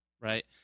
right